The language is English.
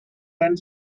and